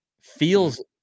feels